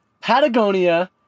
Patagonia